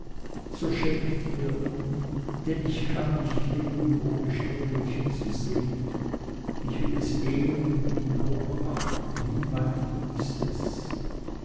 so schenkt mir ihn denn ich kann nicht leben ohne sneewittchen zu sehen ich will es ehren und hochachten wie mein liebstes